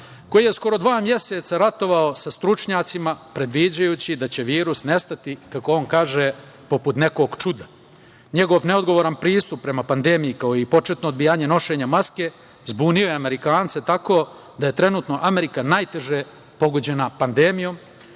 koji je skoro dva meseca ratovao sa stručnjacima, predviđajući da će virus nestati, kako on kaže, poput nekog čuda. Njegov neodgovoran pristup prema pandemiji, kao i početno odbijanje nošenja maske, zbunio je Amerikance, tako da je trenutno Amerika najteže pogođena pandemijom,